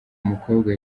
umukobwa